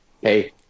Hey